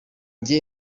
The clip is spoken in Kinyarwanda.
jye